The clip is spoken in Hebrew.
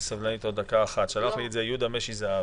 שלח את זה יהודה משי זהב.